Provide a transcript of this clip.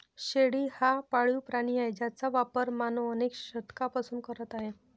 शेळी हा पाळीव प्राणी आहे ज्याचा वापर मानव अनेक शतकांपासून करत आहे